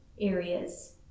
areas